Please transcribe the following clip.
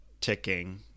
ticking